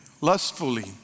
lustfully